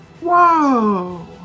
Whoa